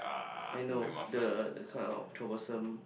I know the the kind of troublesome